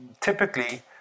typically